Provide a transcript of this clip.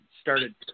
started